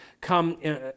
come